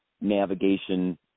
navigation